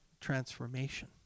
transformation